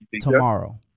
Tomorrow